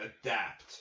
adapt